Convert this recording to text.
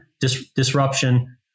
disruption